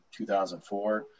2004